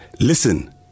Listen